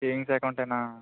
savings అకౌంటేనా